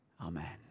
Amen